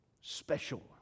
special